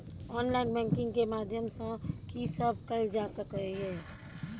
Online banking के माध्यम सं की सब कैल जा सके ये?